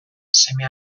seme